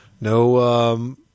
no